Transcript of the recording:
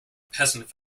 peasant